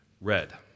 red